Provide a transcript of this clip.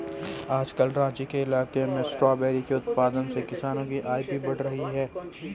आजकल राँची के इलाके में स्ट्रॉबेरी के उत्पादन से किसानों की आय भी बढ़ रही है